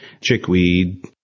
chickweed